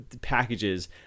packages